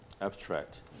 abstract